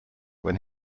when